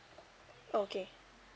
okay